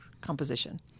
composition